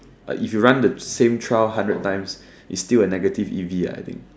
if you run the same trial hundred times it's still negative I think